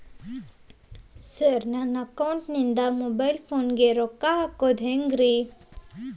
Sir ನನ್ನ ಅಕೌಂಟದಿಂದ mobile ಫೋನಿಗೆ ರೊಕ್ಕ ಹಾಕೋದು ಹೆಂಗ್ರಿ?